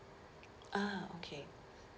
ah okay